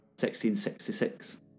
1666